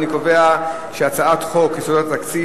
אני קובע שהצעת חוק יסודות התקציב